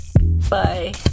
bye